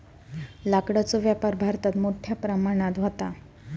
लाकडाचो व्यापार भारतात मोठ्या प्रमाणावर व्हता